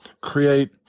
create